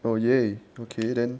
oh ya okay then